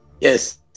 Yes